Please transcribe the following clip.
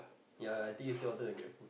ya I think you still want to get food